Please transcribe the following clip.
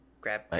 grab